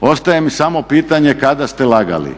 ostaje nam smo pitanje kada ste lagali,